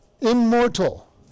Immortal